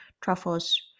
truffles